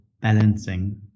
balancing